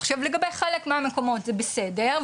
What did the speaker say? עכשיו לגבי חלק מהמקומות זה בסדר,